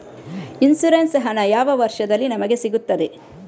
Insurance ಹಣ ಯಾವ ವರ್ಷದಲ್ಲಿ ನಮಗೆ ಸಿಗುತ್ತದೆ?